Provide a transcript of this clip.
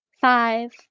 Five